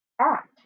act